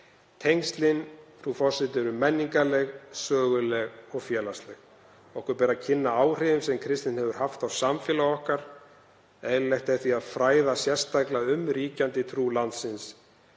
Tengslin, frú forseti, eru menningarleg, söguleg og félagsleg. Okkur ber að kynna áhrifin sem kristnin hefur haft á samfélag okkar. Eðlilegt er því að fræða sérstaklega um ríkjandi trú landsins.